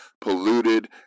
polluted